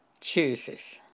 chooses